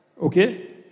Okay